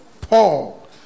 Paul